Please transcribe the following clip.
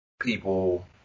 People